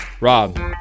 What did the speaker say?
Rob